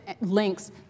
links